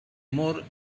more